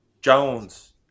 Jones